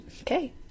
Okay